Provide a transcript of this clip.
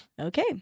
Okay